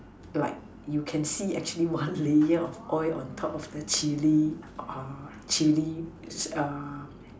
like you can see actually one layer of oil on top of the Chilli Chilli